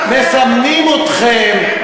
מסמנים אתכם,